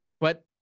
but-